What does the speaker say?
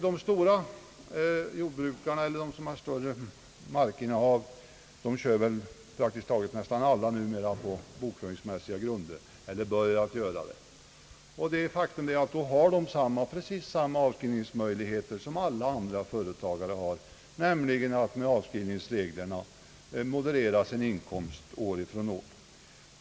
De jordbrukare som har större markinnehav redovisar numera i allmänhet sin verksamhet på bokföringsmässiga grunder, och därmed är det ett faktum att de har precis samma möjligheter som alla andra företagare, nämligen att med avskrivningsreglerna moderera sin inkomst år från år.